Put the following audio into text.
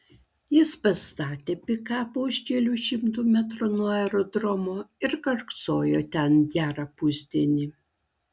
jis pastatė pikapą už kelių šimtų metrų nuo aerodromo ir karksojo ten gerą pusdienį